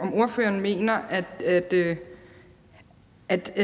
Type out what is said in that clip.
om ordføreren mener, at